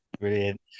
Brilliant